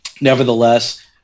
Nevertheless